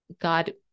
God